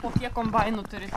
o kiek kombainų turit